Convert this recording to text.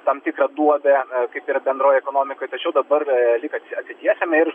tam tikrą duobę kaip yra bendrojoj ekonomikoj tačiau dabar lyg atsi atsitiesėme ir